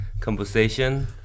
conversation